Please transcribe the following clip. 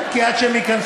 כן, כי עד שהם ייכנסו.